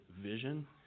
vision